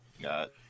got